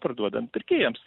parduodant pirkėjams